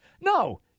No